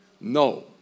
No